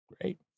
Great